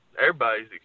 everybody's